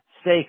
stay